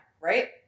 right